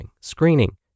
screening